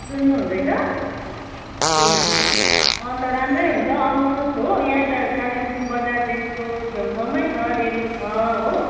सुन्नुहुँदैछ ए अन्त राम्रै हुन्छ आउनुहोस् हो यहाँ कालिम्पोङ बजारदेखि छेउछाउमै छ डेलो छ हो